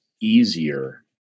easier